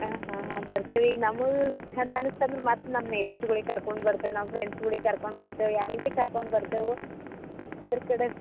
ಆಂ ಹಾಂ ಹಾಂ ಬರ್ತೇವೆ ಈಗ ನಮ್ಗೆ ಚಂದ ಅನ್ನಿಸ್ತಂದ್ರೆ ಮತ್ತೆ ನಮ್ಮ ನೇಬರ್ಸ್ಗಳಿಗ್ ಕರ್ಕೊಂಡು ಬರ್ತೇವೆ ನಮ್ಮ ಫ್ರೆಂಡ್ಸ್ಗಳಿಗ್ ಕರ್ಕೊಂಡು ಬರ್ತೇವೆ ಯಾರಿಗೂ ಭೀ ಕರ್ಕೊಂಡು ಬರ್ತೇವೆ ಅದ್ರ ಕಡೆ